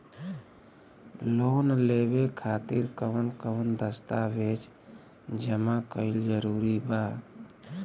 Loan लेवे खातिर कवन कवन दस्तावेज जमा कइल जरूरी बा?